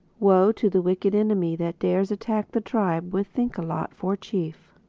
woe to the wicked enemy that dares attack the tribe with thinkalot for chief!